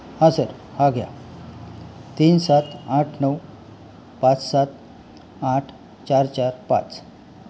हां सर हा घ्या तीन सात आठ नऊ पाच सात आठ चार चार पाच